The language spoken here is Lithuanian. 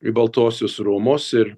į baltuosius rūmus ir